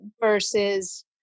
versus